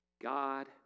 God